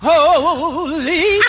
Holy